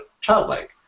childlike